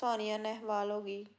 ਸਾਨੀਆ ਨੇਹਵਾਲ ਹੋ ਗਈ